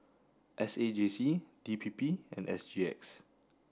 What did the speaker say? S A J C D P P and S G X